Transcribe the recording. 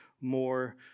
more